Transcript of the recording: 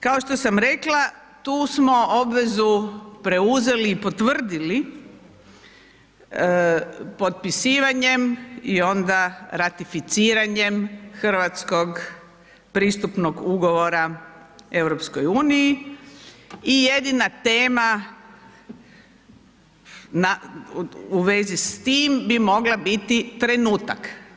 Kao što sam rekla, tu smo obvezu preuzeli i potvrdili potpisivanjem i onda ratificiranjem hrvatskog pristupnog ugovora EU i jedina tema u vezi s tim bi mogla biti trenutak.